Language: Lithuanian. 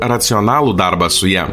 racionalų darbą su ja